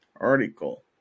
article